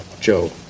Joe